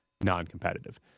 non-competitive